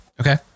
Okay